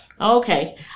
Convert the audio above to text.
Okay